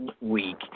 week